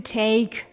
take